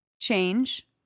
Change